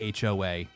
HOA